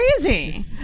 crazy